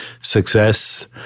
success